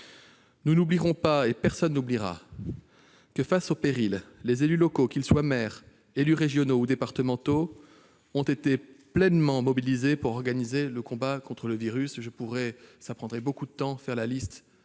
tout aussi certaines. Personne n'oubliera que, face au péril, les élus locaux, qu'ils soient maires, élus régionaux ou départementaux, ont été pleinement mobilisés pour organiser le combat contre le virus. Je pourrais en dresser la liste,